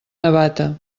navata